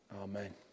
Amen